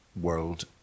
world